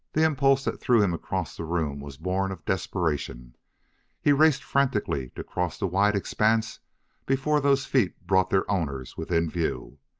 the impulse that threw him across the room was born of desperation he raced frantically to cross the wide expanse before those feet brought their owners within view,